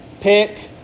pick